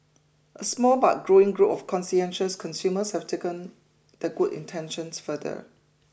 a small but growing group of conscientious consumers have taken their good intentions further